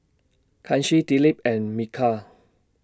Kanshi Dilip and Milkha